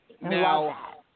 Now